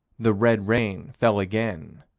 the red rain fell again.